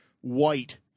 white